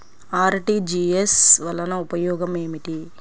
RTGS వలన ఉపయోగం ఏమిటీ?